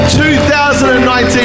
2019